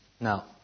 Now